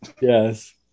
yes